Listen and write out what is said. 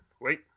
wait